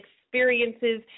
experiences